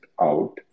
out